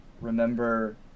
remember